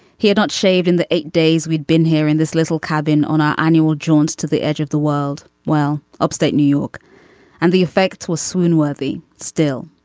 he had not shaved in the eight days we'd been here in this little cabin on our annual jaunt to the edge of the world. well upstate new york and the effects was swoon worthy. still